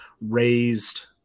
raised –